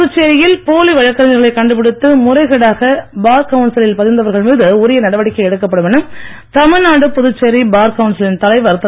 புதுச்சேரியில் போலி வழக்கறிஞர்களை கண்டுபிடித்து முறைகேடாக பார் கவுன்சிலில் பதிந்தவர்கள் மீது உரிய நடவடிக்கை எடுக்கப்படும் என தமிழ்நாடு புதுச்சேரி பார் கவுன்சிலின் தலைவர் திரு